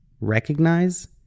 recognize